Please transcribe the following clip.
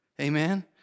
Amen